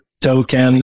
token